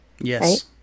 Yes